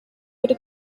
would